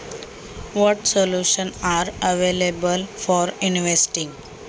गुंतवणूक करण्यासाठी कोणते पर्याय उपलब्ध आहेत?